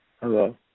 Hello